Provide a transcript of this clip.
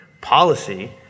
policy